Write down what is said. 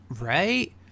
Right